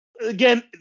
again